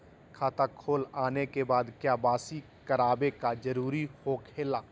खाता खोल आने के बाद क्या बासी करावे का जरूरी हो खेला?